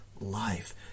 life